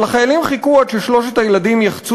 אבל החיילים חיכו עד ששלושת הילדים יחצו